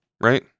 right